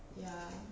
ya